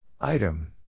Item